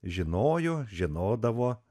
žinojo žinodavo